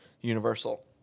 universal